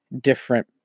different